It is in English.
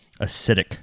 acidic